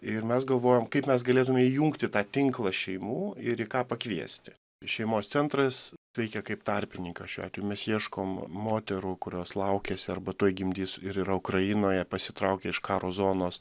ir mes galvojom kaip mes galėtume įjungti tą tinklą šeimų ir į ką pakviesti šeimos centras veikia kaip tarpininkas šiuo atveju mes ieškom moterų kurios laukiasi arba tuoj gimdys ir yra ukrainoje pasitraukę iš karo zonos